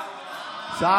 אה, שפת השפתיים.